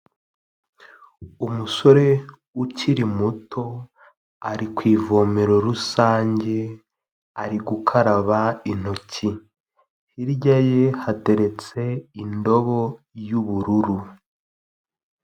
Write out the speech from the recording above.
Umusore ukiri muto ari ku ivomero rusange ari gukaraba intoki, hirya ye hateretse indobo y'ubururu.